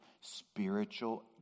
spiritual